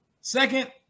Second